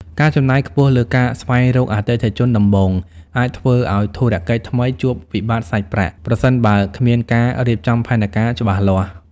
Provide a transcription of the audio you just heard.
ការចំណាយខ្ពស់លើការស្វែងរកអតិថិជនដំបូងអាចធ្វើឱ្យធុរកិច្ចថ្មីជួបវិបត្តិសាច់ប្រាក់ ប្រសិនបើគ្មានការរៀបចំផែនការច្បាស់លាស់។